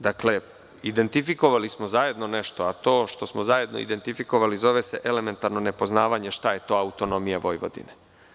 Dakle, identifikovali smo zajedno nešto, a to što smo zajedno identifikovali zove se - elementarno nepoznavanje šta je to autonomija Vojvodine.